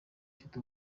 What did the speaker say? afite